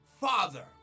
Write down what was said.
Father